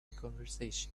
conversation